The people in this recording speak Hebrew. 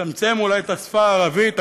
לצמצם אולי את השפה הערבית.